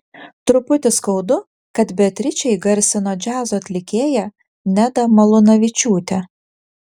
truputį skaudu kad beatričę įgarsino džiazo atlikėja neda malūnavičiūtė